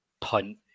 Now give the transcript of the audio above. punt